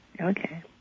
okay